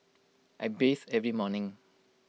I bathe every morning